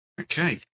Okay